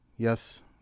Yes